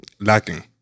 lacking